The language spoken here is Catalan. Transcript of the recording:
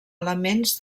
elements